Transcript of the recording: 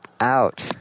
Ouch